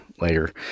later